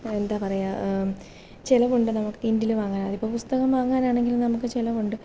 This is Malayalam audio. എന്താണ് പറയുക ചിലവുണ്ട് നമുക്ക് കിൻഡിൽ വാങ്ങാൻ അതിപ്പോൾ പുസ്തകം വാങ്ങാനാണെങ്കിലും നമുക്ക് ചിലവുണ്ട്